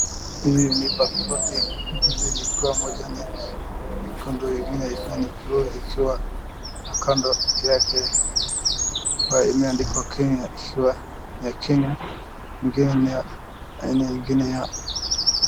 Hizi ni paspoti mbili zikiwa. Moja ni nyekundu ingine ikiwa ni buluu ingine ikiwa na kando yake imeandikwa Kenya ikiwa ya Kenya ingine ni ya aina ingine ya.